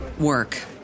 work